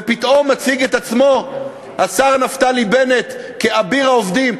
ופתאום מציג את עצמו השר נפתלי בנט כאביר העובדים.